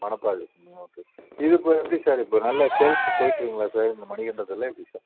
மணப்பாறையில் சொன்னீங்களா okay sir இது இப்போ எப்படி சார் இப்போ நல்லா சேல்ஸு போயிட்ருக்குதுங்களா சார் இந்த மணிகண்டத்தில் எப்படி சார்